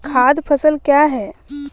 खाद्य फसल क्या है?